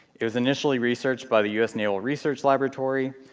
it was initially researched by the us naval research laboratory,